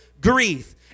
grief